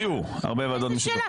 היו הרבה ועדות משותפות.